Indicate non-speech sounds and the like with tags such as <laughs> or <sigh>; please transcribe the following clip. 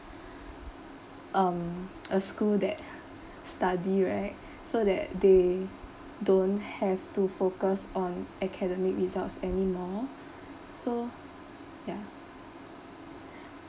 um a school that <laughs> study right so that they don't have to focus on academic results anymore so ya <breath>